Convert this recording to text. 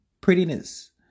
prettiness